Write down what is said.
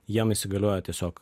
jiem įsigalioja tiesiog